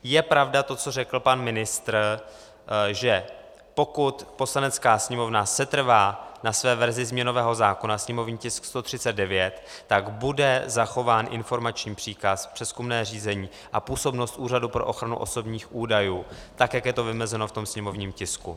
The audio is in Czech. Je pravda to, co řekl pan ministr, že pokud Poslanecká sněmovna setrvá na své verzi změnového zákona sněmovní tisk 139, tak bude zachován informační příkaz, přezkumné řízení a působnost Úřadu pro ochranu osobních údajů tak, jak je to vymezeno v tom sněmovním tisku.